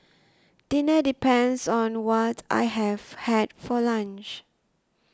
dinner depends on what I have had for lunch